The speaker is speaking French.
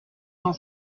cent